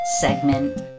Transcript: segment